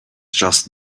just